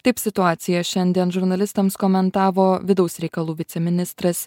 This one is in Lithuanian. taip situaciją šiandien žurnalistams komentavo vidaus reikalų viceministras